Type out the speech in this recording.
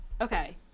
okay